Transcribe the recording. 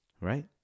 Right